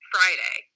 Friday